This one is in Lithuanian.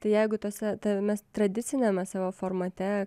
tai jeigu tose tame tradiciniame savo formate